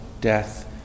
death